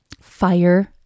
fire